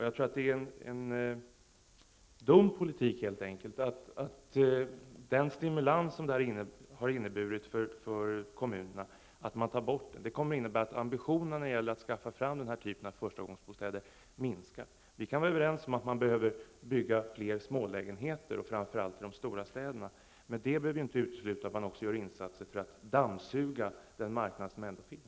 Jag tror att det helt enkelt är en dum politik att ta bort den stimulans som detta har inneburit för kommunerna. Det kommer att innebära att ambitionen när det gäller att skaffa fram den här typen av förstagångsbostäder minskar. Vi kan vara överens om att man behöver bygga fler smålägenheter, framför allt i de stora städerna, men det behöver inte utesluta att man även gör insatser för att dammsuga den marknad som ändå finns.